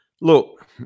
look